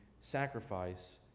sacrifice